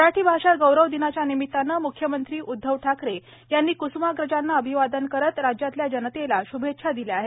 मराठी भाषा गौरव दिनाच्या निमित्तानं म्ख्यमंत्री उद्धव ठाकरे यांनी क्स्माग्रजांना अभिवादन करत राज्यातल्या जनतेला श्भेच्छा दिल्या आहेत